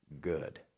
good